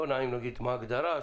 לא נעים להגיד מה ההגדרה,